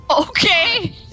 Okay